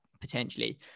potentially